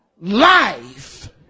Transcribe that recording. life